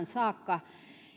saakka